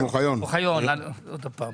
אני מציע,